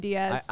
Diaz